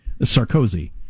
Sarkozy